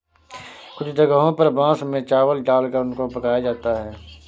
कुछ जगहों पर बांस में चावल डालकर उनको पकाया जाता है